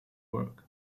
work